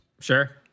Sure